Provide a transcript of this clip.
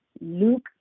Luke